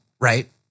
right